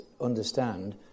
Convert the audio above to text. understand